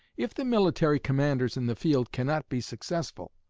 if the military commanders in the field cannot be successful,